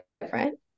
different